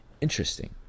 interesting